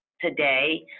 today